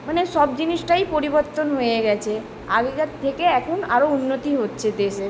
মানে সব জিনিসটাই পরিবর্তন হয়ে গিয়েছে আগেকার থেকে এখন আরও উন্নতি হচ্ছে দেশে